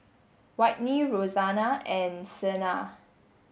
Whitney Roseanna and Sena